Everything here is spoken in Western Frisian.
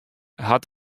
hat